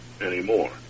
anymore